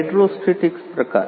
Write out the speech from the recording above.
hydrostatics પ્રકારો